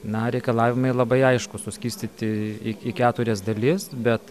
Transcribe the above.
na reikalavimai labai aiškūs suskirstyti į į keturias dalis bet